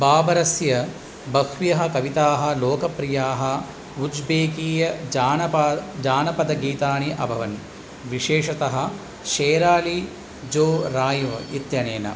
बाबरस्य बह्व्यः कविताः लोकप्रियाः उज्बेकीय जानपदानि जानपदगीतानि अभवन् विशेषतः शेराली जो रायव् इत्यनेन